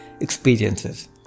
experiences